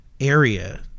area